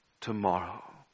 tomorrow